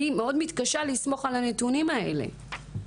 אני מאוד מתקשה לסמוך על הנתונים האלה,